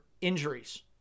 injuries